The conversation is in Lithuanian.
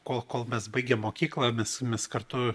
kol kol mes baigėm mokyklą mes mes kartu